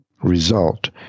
result